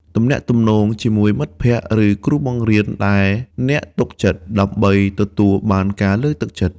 ទំនាក់ទំនងជាមួយមិត្តភក្តិ ឬគ្រូបង្រៀនដែលអ្នកទុកចិត្ត ដើម្បីទទួលបានការលើកទឹកចិត្ត។